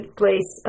place